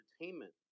entertainment